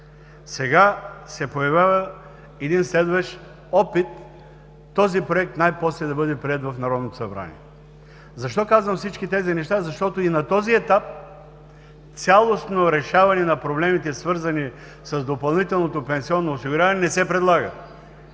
Сега се появява следващ опит този Проект най-после да бъде приет в Народното събрание. Защо казвам всички тези неща? – Защото и на този етап цялостно решаване на проблемите, свързани с допълнителното пенсионно осигуряване, не се предлага.